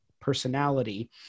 personality